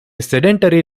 sedentary